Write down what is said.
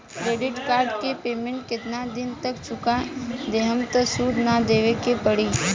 Credit card के payment केतना दिन तक चुका देहम त सूद ना देवे के पड़ी?